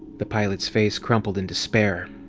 the pilot's face crumpled in despair.